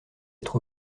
être